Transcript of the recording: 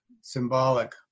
symbolic